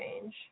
change